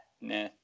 nah